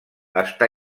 està